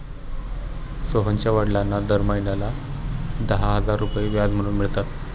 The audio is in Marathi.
सोहनच्या वडिलांना महिन्याला दहा हजार रुपये व्याज म्हणून मिळतात